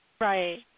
Right